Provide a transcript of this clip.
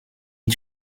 you